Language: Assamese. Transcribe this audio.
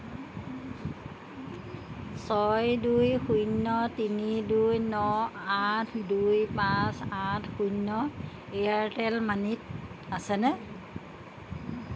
ছয় দুই শূন্য তিনি দুই ন আঠ দুই পাঁচ আঠ শূন্য এয়াৰটেল মানিত আছেনে